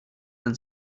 than